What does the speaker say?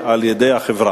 בה.